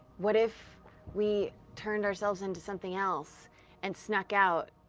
what if we turned ourselves into something else and snuck out,